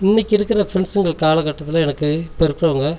இன்றைக்கு இருக்கிற ஃப்ரெண்ட்ஸ்சுங்க காலகட்டத்தில் எனக்கு இப்போ இருக்கிறவங்க